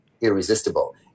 irresistible